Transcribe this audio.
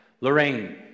Lorraine